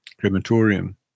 crematorium